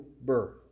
birth